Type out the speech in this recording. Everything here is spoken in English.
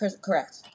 Correct